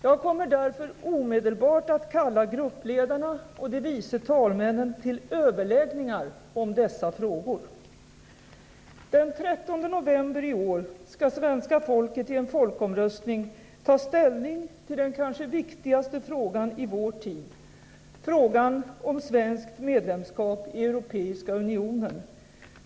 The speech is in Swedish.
Jag kommer därför omedelbart att kalla gruppledarna och de vice talmännen till överläggningar om dessa frågor. Den 13 november i år skall svenska folket i en folkomröstning ta ställning till den kanske viktigaste frågan i vår tid - frågan om svenskt medlemskap i Europeiska unionen.